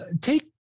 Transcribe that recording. take